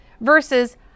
Versus